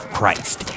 Christ